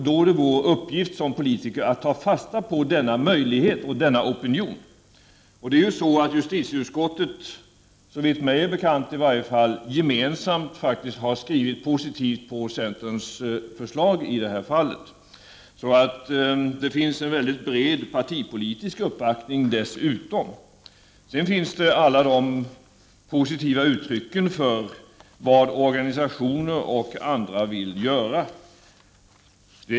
Då är det vår uppgift som politiker att ta fasta på denna möjlighet och denna opinion. Justitieutskottet har, såvitt mig är bekant, skrivit positivt om centerns för slag i detta sammanhang. Det finns alltså dessutom en mycket bred partipolitisk uppbackning. Sedan finns det också många positiva uttryck för vad organisationer och andra vill göra.